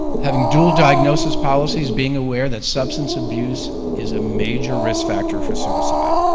having dual diagnosis policies, being aware that substance abuse is a major risk factor for suicide.